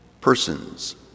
Persons